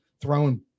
throwing